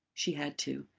she had to.